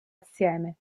assieme